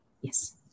Yes